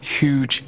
huge